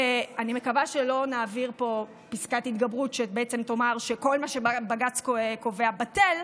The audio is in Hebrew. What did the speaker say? ואני מקווה שלא נעביר פה פסקת התגברות שתאמר שכל מה שבג"ץ קובע בטל,